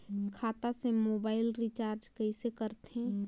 खाता से mobile recharge कइसे करथे